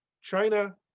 China